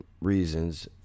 reasons